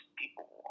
people